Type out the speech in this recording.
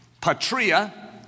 Patria